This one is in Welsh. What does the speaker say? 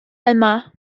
yma